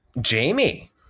Jamie